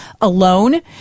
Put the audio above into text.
alone